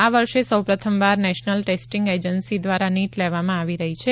આ વર્ષે સૌપ્રથમવાર નેશનલ ટેસ્ટિંગ એજન્સી દ્વારા નીટ લેવામાં આવી રહી છે